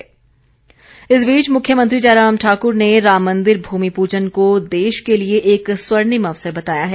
प्रदेश राम मंदिर इस बीच मुख्यमंत्री जयराम ठाक्र ने राम मंदिर भूमि पूजन को देश के लिए एक स्वर्णिम अवसर बताया है